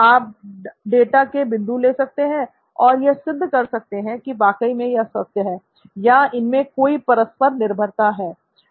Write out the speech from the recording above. आप डाटा के बिंदु ले सकते हैं और यह सिद्ध कर सकते हैं कि वाकई में यह सत्य है या इनमें कोई परस्पर निर्भरता है